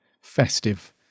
festive